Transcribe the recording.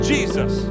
Jesus